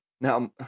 now